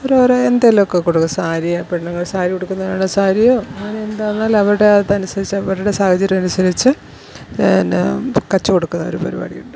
അവർ വേറെ എന്തെങ്കിലുമൊക്കെ കൊടുക്കും സാരിയോ പെണ്ണുങ്ങൾ സാരി ഉടുക്കുന്നതു കാരണം സാരിയോ അങ്ങനെ എന്താണേൽ അവരുടെ അതനുസരിച്ച് അവരുടെ സാഹചര്യമനുസരിച്ച് പിന്നെ കച്ച കൊടുക്കുന്ന ഒരു പരിപാടിയുണ്ട്